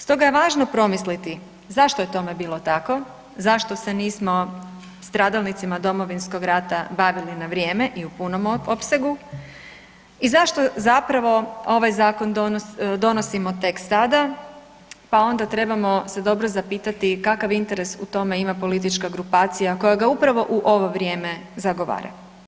Stoga je važno promisliti zašto je tome bilo tako, zašto se nismo stradalnicima Domovinskog rata bavili na vrijeme i u punom opsegu i zašto zapravo ovaj zakon donosimo tek sada, pa onda trebamo se dobro zapitati kakav interes u tome ima politička grupacija koja ga upravo u ovo vrijeme zagovara?